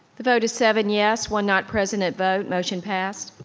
vote is seven yes, one not present at vote, motion passed.